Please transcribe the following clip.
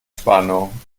spannung